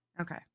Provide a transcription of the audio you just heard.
okay